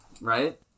right